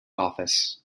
office